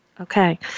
Okay